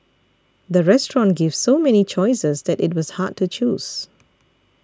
the restaurant gave so many choices that it was hard to choose